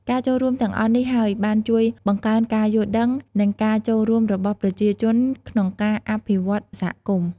ការចូលរួមទាំងអស់នេះហើយបានជួយបង្កើនការយល់ដឹង និងការចូលរួមរបស់ប្រជាជនក្នុងការអភិវឌ្ឍសហគមន៍។